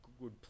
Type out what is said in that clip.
good